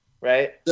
right